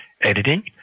editing